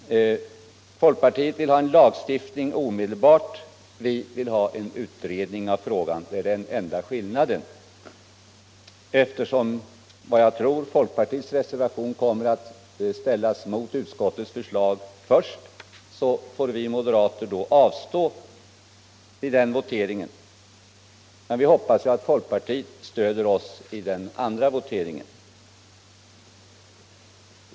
Folkpartiet vill ha en lagstiftning omedelbart, medan vi vill ha en utredning av frågan. Det är enda skillnaden. Eftersom enligt vad jag tror folkpartiets reservation kommer att ställas mot utskottets förslag först, får vi moderater avstå i den voteringen. Men vi hoppas att folkpartiet stöder oss i den andra voteringen.